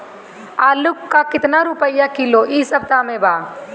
आलू का कितना रुपया किलो इह सपतह में बा?